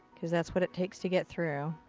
cause that's what it takes to get through.